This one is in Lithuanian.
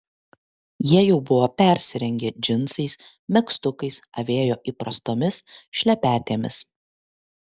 jie jau buvo persirengę džinsais megztukais avėjo įprastomis šlepetėmis